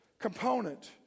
component